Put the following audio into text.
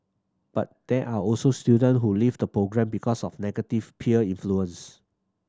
but there are also student who leave the programme because of negative peer influence